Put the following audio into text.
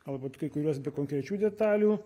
galbūt kai kuriuos be konkrečių detalių